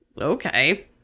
Okay